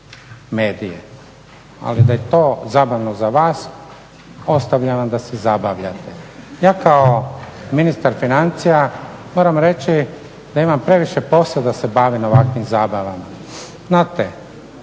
medije ali da je to zabavno za vas, ostavljam vam da se zabavljate. Ja kao ministar financija moram reći da imam previše posla da se bavim ovakvim zabavama. Znate,